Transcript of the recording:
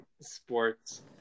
sports